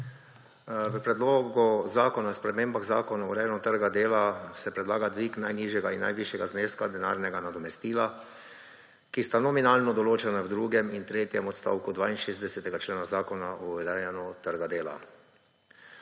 V Predlogu zakona o spremembah Zakona o urejanju trga dela se predlaga dvig najnižjega in najvišjega zneska denarnega nadomestila, ki sta nominalno določena v drugem in tretjem odstavku 62. člena Zakona o urejanju trga dela.